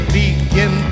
begin